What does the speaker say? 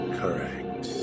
correct